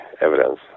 evidence